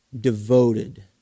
devoted